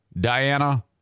Diana